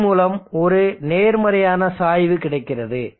இதன் மூலம் ஒரு நேர்மறையான சாய்வு கிடைக்கிறது